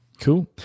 Cool